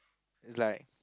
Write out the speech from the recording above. is like